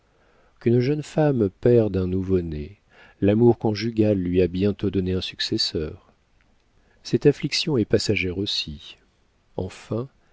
qu'une jeune femme perde un nouveau-né l'amour conjugal lui a bientôt donné un successeur cette affliction est passagère aussi enfin